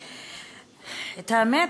האמת,